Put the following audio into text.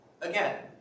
Again